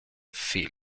feel